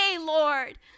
Lord